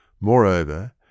Moreover